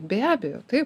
be abejo taip